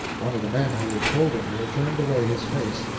one of the men who was holding her turned away his face,